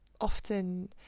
often